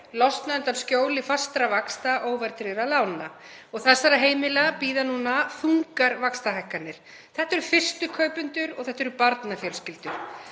losna undan skjóli fastra vaxta óverðtryggðra lána. Þessara heimila bíða núna þungar vaxtahækkanir. Þetta eru fyrstu kaupendur og þetta eru barnafjölskyldur.